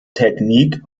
technique